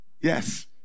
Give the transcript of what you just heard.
Yes